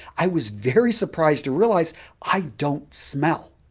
i was very surprised to realize i don't smell.